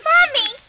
Mommy